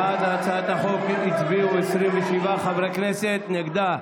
בעד הצעת החוק הצביעו 27 חברי כנסת, נגדה,